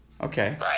Okay